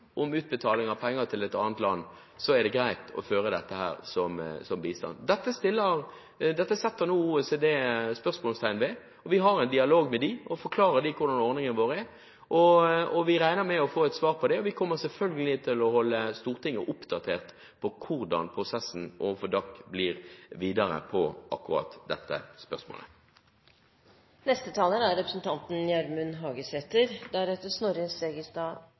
utbetaling av penger til et annet land, er det greit å føre dette som bistand. Dette setter OECD nå spørsmålstegn ved, og vi har en dialog med dem og forklarer dem hvordan ordningene våre er. Vi regner med å få et svar på det, og vi kommer selvfølgelig til å holde Stortinget oppdatert om hvordan prosessen overfor DAC blir videre i akkurat dette